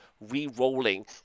re-rolling